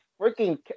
freaking